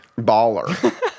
Baller